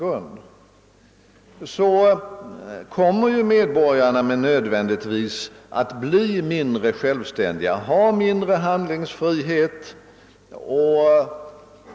Härigenom kommer medborgarna nödvändigtvis att bli mindre självständiga och få minskad handlingsfrihet.